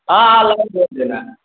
हाँ हाँ वही रोक देना